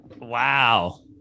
Wow